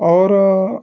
और